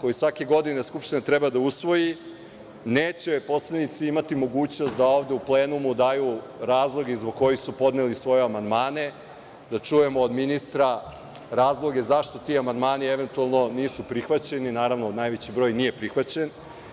koji svake godine Skupština treba da usvoji, neće poslanici imati mogućnost da ovde u plenumu daju razloge zbog kojih su podneli svoje amandmane, pa da čujemo od ministra razloge zašto ti amandmani eventualno nisu prihvaćeni, jer naravno, najveći broj nije prihvaćen.